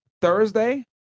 Thursday